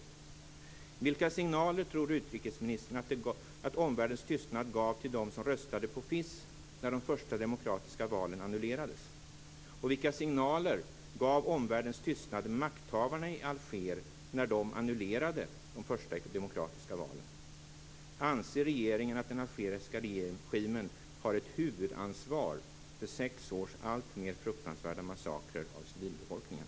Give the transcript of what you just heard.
Vilka signaler tror utrikesministern att omvärldens tystnad gav till dem som röstade på FIS när de första demokratiska valen annulerades? Vilka signaler gav omvärldens tystnad makthavarna i Alger när de annulerade de första demokratiska valen? Anser regeringen att den algeriska regimen har ett huvudansvar för sex års alltmer fruktansvärda massakrer på civilbefolkningen?